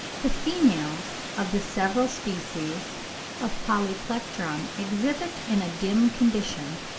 the females of the several species of polyplectron exhibit in a dim condition,